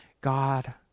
God